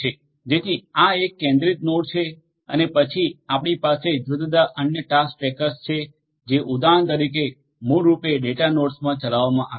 જેથી આ એક કેન્દ્રિત નોડ છે અને પછી આપણી પાસે આ જુદા જુદા અન્ય ટાસ્ક ટ્રેકર્સ છે જે ઉદાહરણ તરીકે મૂળરૂપે ડેટાનોડ્સમાં ચલાવવામાં આવે છે